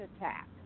attack